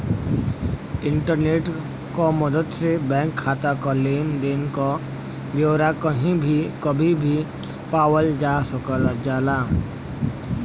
internet क मदद से बैंक खाता क लेन देन क ब्यौरा कही भी कभी भी पावल जा सकल जाला